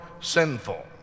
sinful